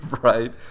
Right